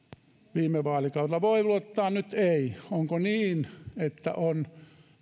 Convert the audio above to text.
viime vaalikaudella voi luottaa nyt ei onko niin että on